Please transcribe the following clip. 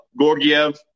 Gorgiev